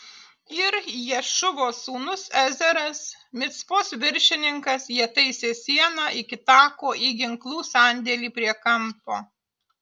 ir ješūvos sūnus ezeras micpos viršininkas jie taisė sieną iki tako į ginklų sandėlį prie kampo